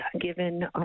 given